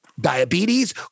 diabetes